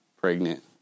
pregnant